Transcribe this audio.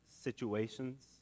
situations